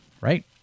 right